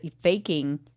faking